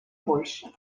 больше